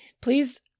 please